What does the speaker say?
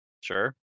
Sure